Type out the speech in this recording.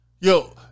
Yo